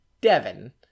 Devin